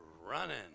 running